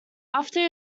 after